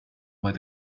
where